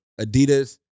Adidas